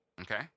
Okay